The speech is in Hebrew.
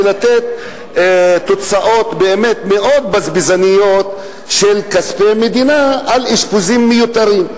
לתת תוצאות באמת מאוד בזבזניות של כספי מדינה על אשפוזים מיותרים.